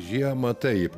žiemą taip